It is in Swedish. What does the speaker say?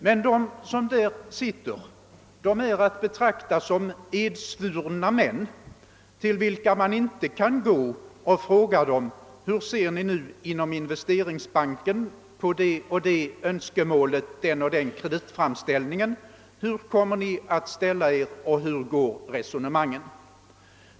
Men de som sitter där är att betrakta som edsvurna, och man kan inte fråga dem: Hur ser ni inom Investeringsbanken på det och det önskemålet eller den och den kreditframställningen? Hur kommer ni att ställa er och hur går resonemanget?